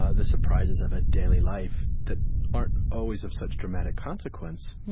ah the surprises of a daily life that aren't always of such dramatic consequence,